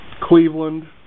Cleveland